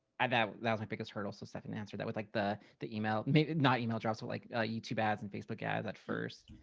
i, that that was my biggest hurdle. so stephan, to answer that with like the the email, maybe not email drops with like ah youtube ads and facebook ads at first.